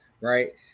right